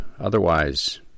Otherwise